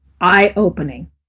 eye-opening